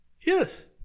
Yes